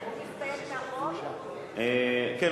כן,